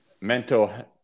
mental